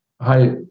hi